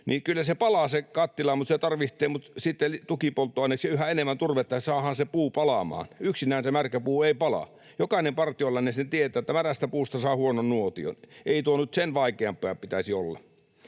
niin kyllä se kattila palaa, mutta siihen tarvitsee sitten tukipolttoaineeksi yhä enemmän turvetta, että saadaan se puu palamaan. Yksinään se märkä puu ei pala, jokainen partiolainen sen tietää, että märästä puusta saa huonon nuotion. Ei tuon nyt sen vaikeampaa pitäisi olla.